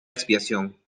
expiación